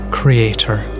creator